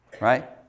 right